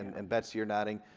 and betsy, you're nodding,